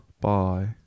Bye